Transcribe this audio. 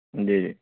جی جی